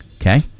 Okay